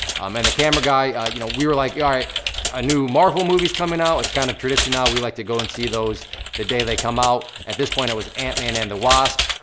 um and the camera guy, you know, we are like a ah new marvel movie's coming out. it's kind of tradition now, we like to go and see those the day they come out. at this point, it was ant man and the wasp.